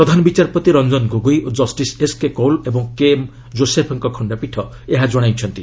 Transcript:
ପ୍ରଧାନ ବିଚାରପତି ରଞ୍ଜନ ଗୋଗୋଇ ଓ justice S K Kaul ଏବଂ କେ ଏମ୍ ଯୋଶେଫ୍ଙ୍କ ଖଣ୍ଡପୀଠ ଏହା ଜଣାଇଛନ୍ତି